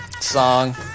song